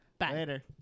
Later